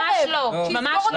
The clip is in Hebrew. ממש לא, ממש לא.